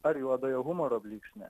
ar juodojo humoro blyksnį